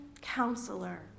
Counselor